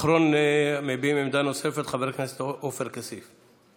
אחרון המביעים עמדה נוספת, חבר הכנסת עופר כסיף.